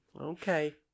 Okay